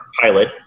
pilot